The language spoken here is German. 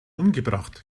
umgebracht